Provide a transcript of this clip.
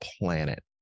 planet